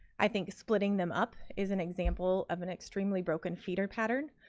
i think splitting them up is an example of an extremely broken feeder pattern